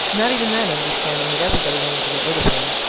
not even then understanding that everybody wanted to get rid of him,